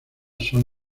son